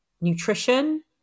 nutrition